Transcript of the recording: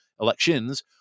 elections